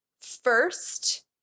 first